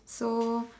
so